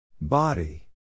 Body